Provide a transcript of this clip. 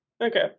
Okay